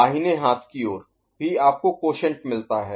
दाहिने हाथ की ओर भी आपको क्वॉशैंट मिलता है